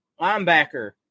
linebacker